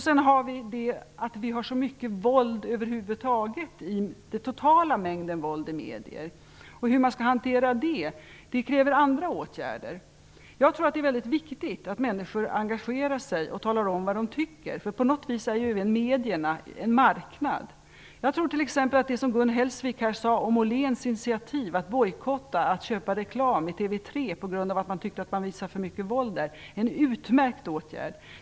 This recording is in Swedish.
Sedan har vi det problemet att vi över huvud taget har så mycket våld totalt. För att hantera det krävs andra åtgärder. Jag tror att det är väldigt viktigt att människor engagerar sig och talar om vad de tycker. På något vis är medierna en marknad. Jag tror t.ex. att det som Gun Hellsvik här sade om Åhléns initiativ att bojkotta köp av reklam i TV 3 på grund av att man tyckte att det visas för mycket våld där är en utmärkt åtgärd.